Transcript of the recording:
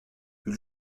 une